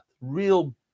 real